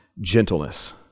gentleness